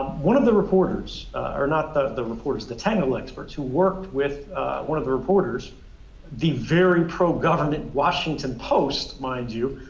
one of the reporters or not the the reports, the technical experts who worked with one of the reporters the very pro-government washington post, mind you,